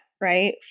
right